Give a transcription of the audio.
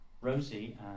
Rosie